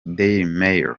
dailymail